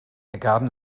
ergaben